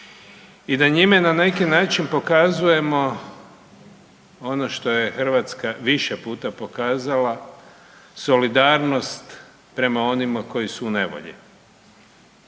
i da njime na neki način pokazujemo ono što je Hrvatska više puta pokazala solidarnost prema onima koji su u nevolji.